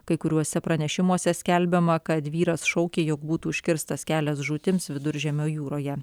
kai kuriuose pranešimuose skelbiama kad vyras šaukė jog būtų užkirstas kelias žūtims viduržemio jūroje